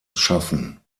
schaffen